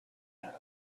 their